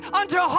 unto